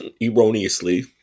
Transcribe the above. erroneously